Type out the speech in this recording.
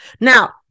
Now